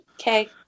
Okay